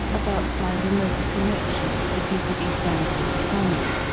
about my remote connection with the duke of east anglia's family.